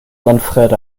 manfred